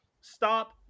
stop